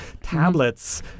tablets